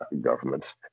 Governments